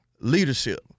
leadership